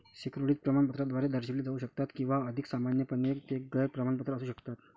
securities प्रमाणपत्राद्वारे दर्शविले जाऊ शकतात किंवा अधिक सामान्यपणे, ते गैर प्रमाणपत्र असू शकतात